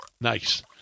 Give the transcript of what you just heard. Nice